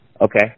Okay